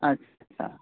اچھا